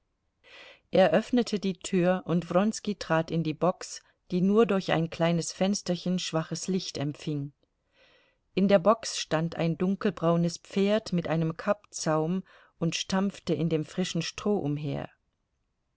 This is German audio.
öffnete die tür und wronski trat in die box die nur durch ein kleines fensterchen schwaches licht empfing in der box stand ein dunkelbraunes pferd mit einem kappzaum und stampfte in dem frischen stroh umher